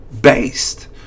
based